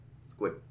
squid